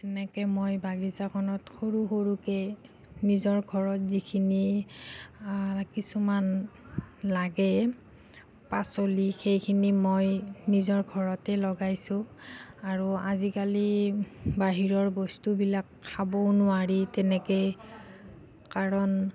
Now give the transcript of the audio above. এনেকৈ মই বাগিচাখনত সৰু সৰুকৈ নিজৰ ঘৰত যিখিনি কিছুমান লাগে পাচলি সেইখিনি মই নিজৰ ঘৰতে লগাইছোঁ আৰু আজিকালি বাহিৰৰ বস্তুবিলাক খাবও নোৱাৰি তেনেকৈ কাৰণ